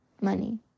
money